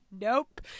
Nope